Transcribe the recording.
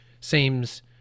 seems